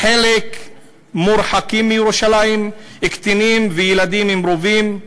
חלק מורחקים מירושלים, קטינים וילדים עם רובים,